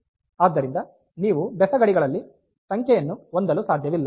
ಆದ್ದರಿಂದ ನೀವು ಬೆಸ ಗಡಿಗಳಲ್ಲಿ ಸಂಖ್ಯೆಯನ್ನು ಹೊಂದಲು ಸಾಧ್ಯವಿಲ್ಲ